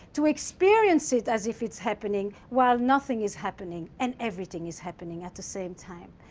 to experience it as if it's happening, while nothing is happening and everything is happening, at the same time.